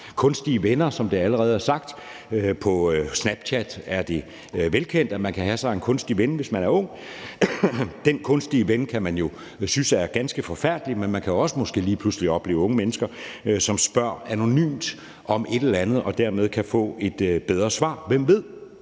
kunstige venner, som det allerede er sagt. På Snapchat er det velkendt, at man kan have sig en kunstig ven, hvis man er ung, og den kunstige ven kan man synes er ganske forfærdelig, men man kan måske også lige pludselig opleve unge mennesker, som spørger anonymt om et eller andet og dermed kan få et bedre svar. Hvem ved?